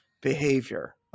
behavior